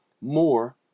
more